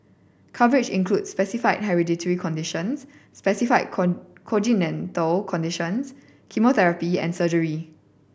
coverage includes specified hereditary conditions specified congenital conditions chemotherapy and surgery